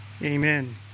Amen